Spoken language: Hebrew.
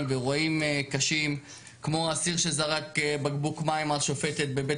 ואירועים קשים כמו אסיר שזרק בקבוק מים על שופטת בבית